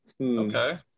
Okay